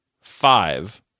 five